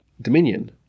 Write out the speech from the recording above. dominion